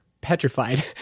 petrified